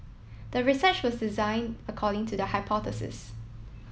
the research was designed according to the hypothesis